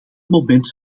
moment